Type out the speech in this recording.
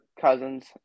Cousins